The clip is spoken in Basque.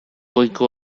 goiko